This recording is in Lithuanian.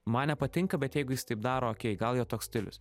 man nepatinka bet jeigu jis taip daro okei gal jo toks stilius